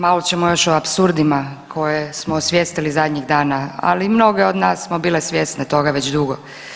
Malo ćemo još o apsurdima koje smo osvijestili zadnjih dana, ali mnoge od nas smo bile svjesne toga već dugo.